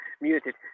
muted